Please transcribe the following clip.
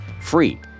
free